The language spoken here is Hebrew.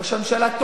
ראש ממשלה חזק.